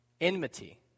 enmity